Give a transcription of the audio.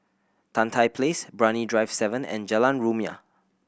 Tan Tye Place Brani Drive Seven and Jalan Rumia